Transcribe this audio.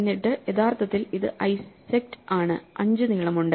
എന്നിട്ട് യഥാർത്ഥത്തിൽ ഇത് isect ആണ് 5 നീളമുണ്ട്